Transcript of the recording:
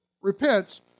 repents